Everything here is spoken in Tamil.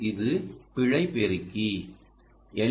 இதுபிழை பெருக்கி எல்